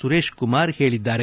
ಸುರೇಶ್ಕುಮಾರ್ ಹೇಳದ್ದಾರೆ